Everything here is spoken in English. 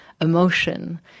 emotion